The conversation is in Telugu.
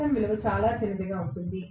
Xm విలువ చిన్నదిగా ఉంటుంది